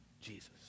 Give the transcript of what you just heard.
Jesus